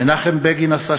מנחם בגין עשה שלום,